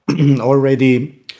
already